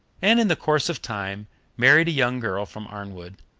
and in the course of time married a young girl from arnwood,